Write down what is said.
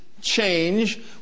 Change